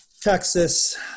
Texas